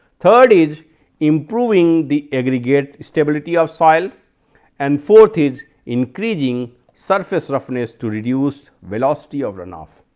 third is improving the aggregate stability of soil and fourth is increasing surface roughness to reduce velocity of runoff.